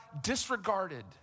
disregarded